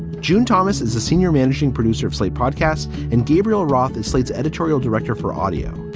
june thomas is the senior managing producer of slate podcasts and gabriel roth is slate's editorial director for audio.